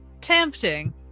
tempting